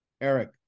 Eric